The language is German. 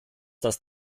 das